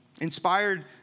inspired